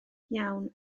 iawn